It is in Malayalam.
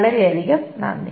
വളരെയധികം നന്ദി